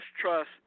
trust